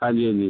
ਹਾਂਜੀ ਹਾਂਜੀ